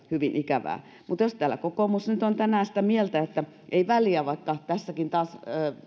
hyvin ikävää mutta jos täällä kokoomus nyt on tänään sitä mieltä että ei väliä vaikka tässäkin taas